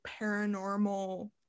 paranormal